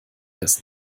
das